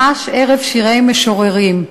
ממש ערב שירי משוררים.